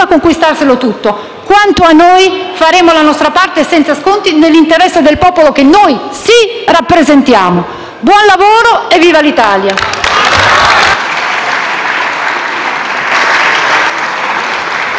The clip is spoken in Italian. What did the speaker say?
Quanto a noi, faremo la nostra parte senza sconti, nell'interesse del popolo che - noi sì - rappresentiamo. Buon lavoro e viva l'Italia!